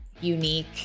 unique